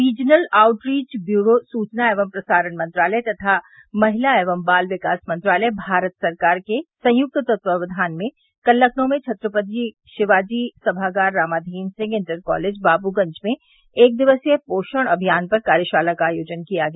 regional outreach bureau सूचना एवं प्रसारण मंत्रालय तथा महिला एवं बाल विकास मंत्रालय भारत सरकार के संयुक्त तत्वाक्यान में कल लखनऊ में छत्रपति शिवाजी सभागार रामाधीन सिंह इंटर कॉलेज बाब्राज में एक दिवसीय पोषण अभियान पर कार्यशाला का आयोजन किया गया